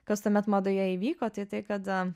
kas tuomet madoje įvyko tai tai kad